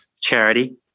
Charity